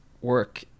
work